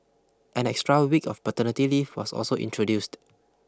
an extra week of paternity leave was also introduced